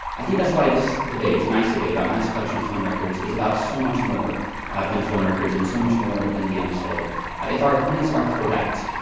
i think that's why this debate, tonight's debate on mass collection of phone records, is about so much more than phone records and so much more than the and nsa. ah if our opponents are correct,